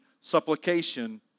supplication